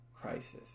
crisis